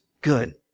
good